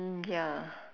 mm ya